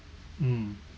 mm